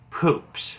Poops